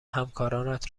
همکارانت